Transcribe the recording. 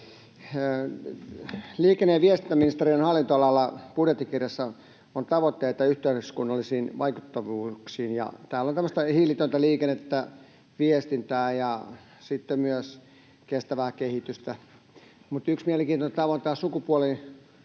Liikenne- ja viestintäministeriön hallinnonalalla budjettikirjassa on tavoitteita yhteiskunnallisista vaikuttavuuksista. Täällä on tämmöistä hiiletöntä liikennettä, viestintää ja sitten myös kestävää kehitystä. Mutta yksi mielenkiintoinen tavoite on tämä sukupuolten